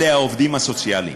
אלה העובדים הסוציאליים.